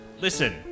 Listen